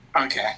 Okay